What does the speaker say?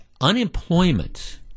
unemployment